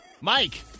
Mike